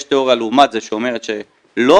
יש תיאוריה לעומת זה שאומרת שלא.